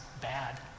bad